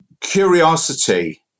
curiosity